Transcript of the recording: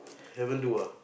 haven't do ah